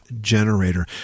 generator